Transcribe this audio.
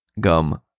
gum